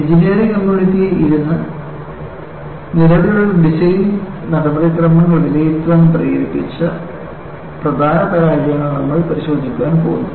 engineering കമ്മ്യൂണിറ്റിയെ ഇരുന്ന് നിലവിലുള്ള ഡിസൈൻ നടപടിക്രമങ്ങൾ വിലയിരുത്താൻ പ്രേരിപ്പിച്ച പ്രധാന പരാജയങ്ങൾ നമ്മൾ പരിശോധിക്കാൻ പോകുന്നു